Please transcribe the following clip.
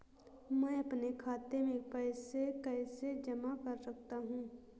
मैं अपने खाते में पैसे कैसे जमा कर सकता हूँ?